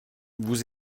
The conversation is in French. vous